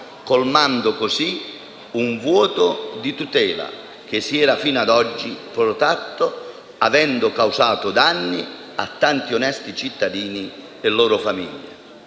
colmando così un vuoto di tutela che si era fino ad oggi protratto avendo causato danni a tanti onesti cittadini e loro famiglie.